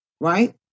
right